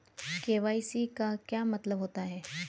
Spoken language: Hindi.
के.वाई.सी का क्या मतलब होता है?